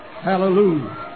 Hallelujah